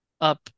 up